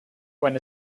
when